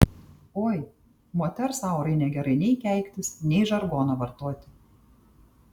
oi moters aurai negerai nei keiktis nei žargoną vartoti